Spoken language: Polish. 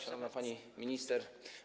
Szanowna Pani Minister!